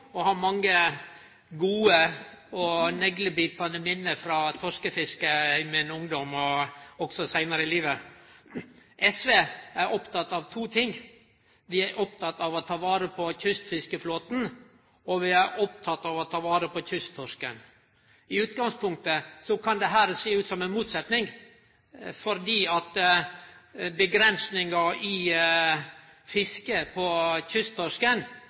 og har mange gode og naglebitande minne frå torskefiske i min ungdom og også seinare i livet. SV er oppteke av to ting: Vi er opptekne av å ta vare på kystfiskeflåten, og vi er opptekne av å ta vare på kysttorsken. I utgangspunktet kan dette sjå ut som ein motsetnad, for avgrensinga i fisket av kysttorsken